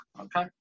Okay